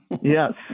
yes